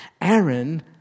Aaron